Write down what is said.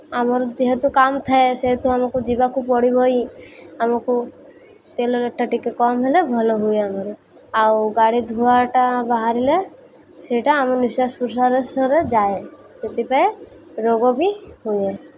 ଆମର ଯେହେତୁ କାମ ଥାଏ ସେହେତୁ ଆମକୁ ଯିବାକୁ ପଡ଼ିବ ହିଁ ଆମକୁ ତେଲ ରେଟ୍ଟା ଟିକିଏ କମ୍ ହେଲେ ଭଲ ହୁଏ ଆମର ଆଉ ଗାଡ଼ି ଧୁଆଟା ବାହାରିଲେ ସେଇଟା ଆମ ନିଶ୍ୱାସ ପ୍ରଶ୍ଵାସରେ ଯାଏ ସେଥିପାଇଁ ରୋଗ ବି ହୁଏ